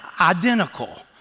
identical